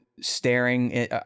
staring